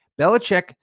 Belichick